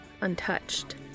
Untouched